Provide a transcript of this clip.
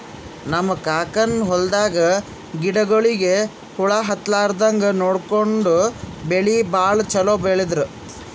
ನಮ್ ಕಾಕನ್ ಹೊಲದಾಗ ಗಿಡಗೋಳಿಗಿ ಹುಳ ಹತ್ತಲಾರದಂಗ್ ನೋಡ್ಕೊಂಡು ಬೆಳಿ ಭಾಳ್ ಛಲೋ ಬೆಳದ್ರು